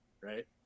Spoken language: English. right